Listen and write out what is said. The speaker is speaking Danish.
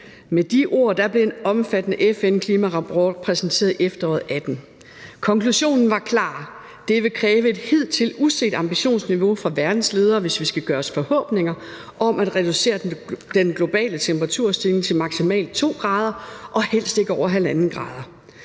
Med de ord blev en omfattende FN-klimarapport præsenteret i efteråret 2018. Konklusionen var klar: Det vil kræve et hidtil uset ambitionsniveau fra verdens ledere, hvis vi skal gøre os forhåbninger om at reducere den globale temperaturstigning til maksimalt 2 grader, og helst ikke over 1,5 grader.